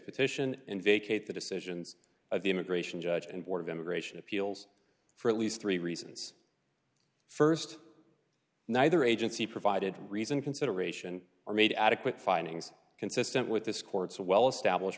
petition and vacate the decisions of the immigration judge and board of immigration appeals for at least three reasons st neither agency provided reason consideration or made adequate findings consistent with this court's well established